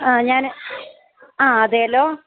ആ ഞാൻ ആ അതേലോ